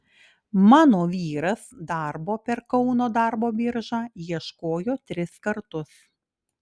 mano vyras darbo per kauno darbo biržą ieškojo tris kartus